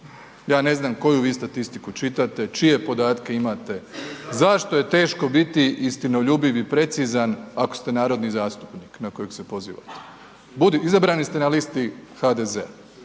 Ja ne znam koju vi statistiku čitate, čije podatke imate zašto je teško biti istinoljubiv i precizan ako ste narodni zastupnik na kojeg se pozivate. Izabrani ste na listi HDZ-a.